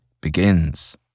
begins